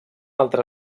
altre